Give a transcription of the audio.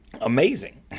amazing